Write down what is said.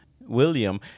William